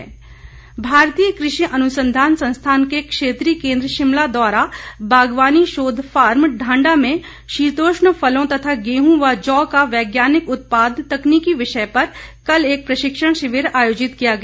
प्रशिक्षण शिविर भारतीय कृषि अनुसंधान संस्थान के क्षेत्रीय केन्द्र शिमला द्वारा बागवानी शोध फार्म ढांडा में शीतोष्ण फलों तथा गेहूं व जौ का वैज्ञानिक उत्पाद तकनीकी विषय पर कल एक प्रशिक्षण शिविर आयोजित किया गया